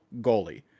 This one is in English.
goalie